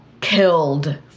killed